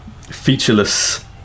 featureless